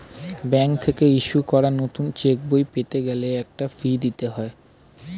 bank থেকে issue করা নতুন চেকবই পেতে গেলে একটা ফি দিতে হয়